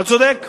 אתה צודק,